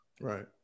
right